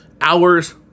hours